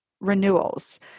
renewals